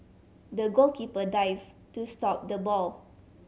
the goalkeeper dived to stop the ball